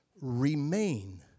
remain